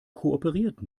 kooperiert